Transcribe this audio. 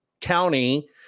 county